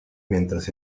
mientras